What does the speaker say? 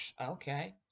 okay